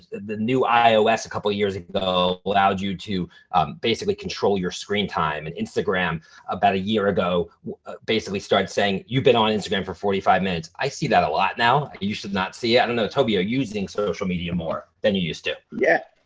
the new ios a couple of years ago allowed you to basically control your screen time and instagram about a year ago basically started saying, you've been on instagram for forty five minutes. i see that a lot now. i used to not see it. i don't know, toby are using social media more than you used to? yeah,